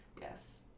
Yes